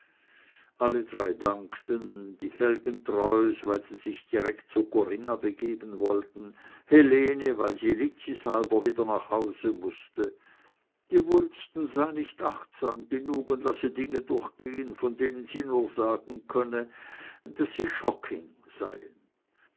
alle drei dankten die felgentreus weil sie sich direkt zu corinna begeben wollten helene weil sie lizzis halber wieder nach hause müsse die wulsten sei nicht achtsam genug und lasse dinge durchgehen von denen sie nur sagen könne daß sie shocking seien